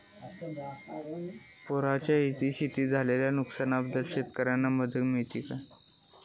पुराच्यायेळी शेतीत झालेल्या नुकसनाबद्दल शेतकऱ्यांका मदत मिळता काय?